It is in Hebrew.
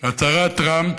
הצהרת טראמפ